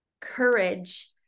courage